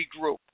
regroup